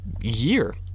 year